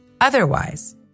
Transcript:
Otherwise